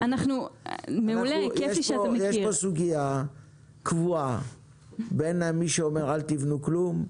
יש פה סוגיה קבועה בין מי שאומר: אל תבנו כלום,